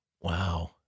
Wow